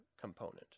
component